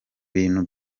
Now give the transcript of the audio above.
bintu